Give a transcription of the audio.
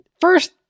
first